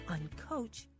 Uncoach